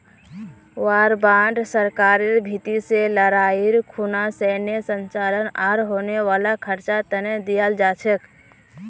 war bond सरकारेर भीति से लडाईर खुना सैनेय संचालन आर होने वाला खर्चा तने दियाल जा छे